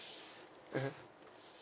mmhmm